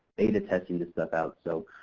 beta testing this stuff out. so,